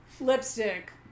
lipstick